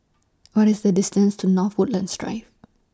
What IS The distance to North Woodlands Drive